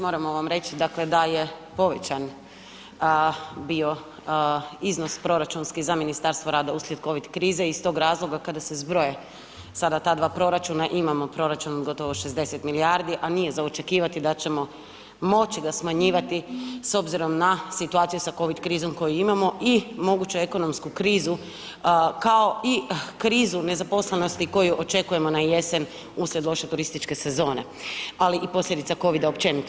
Moramo vam reć da je povećan bio iznos proračunski za Ministarstvo rada uslijed covid krize i iz tog razloga sada kada se zbroje ta dva proračuna imamo proračun gotovo 60 milijardi, a nije za očekivati da ćemo moći ga smanjivati s obzirom na situaciju sa covid krizom koju imamo i moguću ekonomsku krizu kao i krizu nezaposlenosti koju očekujemo na jesen uslijed loše turističke sezone, ali i posljedica covida općenito.